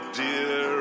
dear